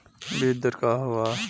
बीज दर का वा?